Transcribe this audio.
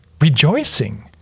rejoicing